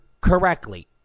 correctly